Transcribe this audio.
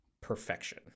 perfection